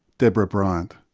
deborah bryant.